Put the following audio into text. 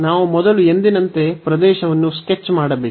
ನಾವು ಮೊದಲು ಎಂದಿನಂತೆ ಪ್ರದೇಶವನ್ನು ಸ್ಕೆಚ್ ಮಾಡಬೇಕು